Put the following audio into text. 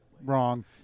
wrong